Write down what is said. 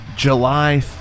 july